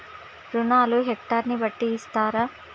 రుణాలు హెక్టర్ ని బట్టి ఇస్తారా?